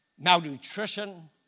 malnutrition